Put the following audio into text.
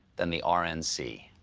than the r n c.